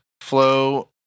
Flow